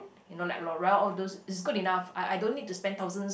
you know like Laurel all those it's good enough I I don't need to spend thousands